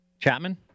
Chapman